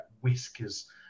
whiskers